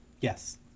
Yes